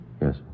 Yes